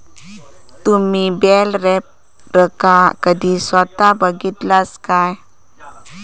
तुम्ही बेल रॅपरका कधी स्वता बघितलास काय?